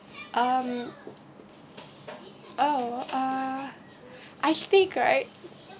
um oh uh actually right okay